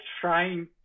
trying